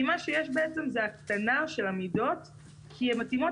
כי יש בעצם הקטנה של המידות כן הן מתאימות